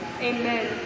Amen